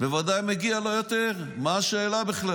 בוודאי מגיע לו יותר, מה השאלה בכלל?